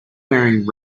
wearing